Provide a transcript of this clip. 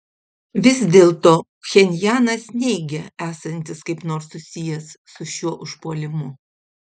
vis dėlto pchenjanas neigia esantis kaip nors susijęs su šiuo užpuolimu